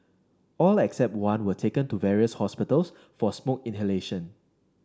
all except one were taken to various hospitals for smoke inhalation